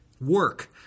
work